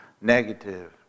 Negative